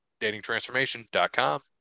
datingtransformation.com